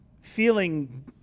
feeling